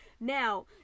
Now